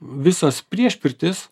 visas priešpirtis